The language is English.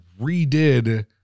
redid